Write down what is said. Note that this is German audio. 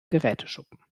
geräteschuppen